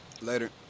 Later